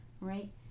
right